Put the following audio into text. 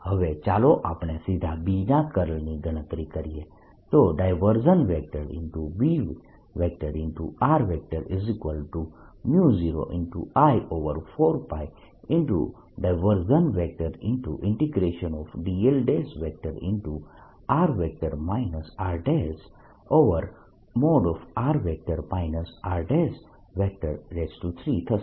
હવે ચાલો આપણે સીધા B ના કર્લની ગણતરી કરીએ તો B0I4π dl×r rr r3 થશે